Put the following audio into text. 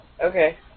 Okay